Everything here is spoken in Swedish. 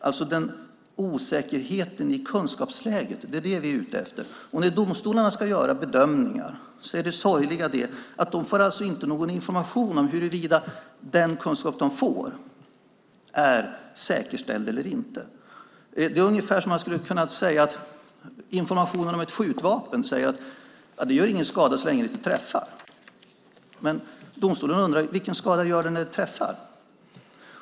Det är alltså osäkerheten i kunskapsläget som vi är ute efter. När domstolarna ska göra bedömningar får de alltså ingen information om huruvida den kunskap de får är säkerställd eller inte. Det är ungefär som om man i informationen om ett skjutvapen säger att det inte gör någon skada så länge man inte träffar. Domstolen undrar vilken skada det gör när man träffar.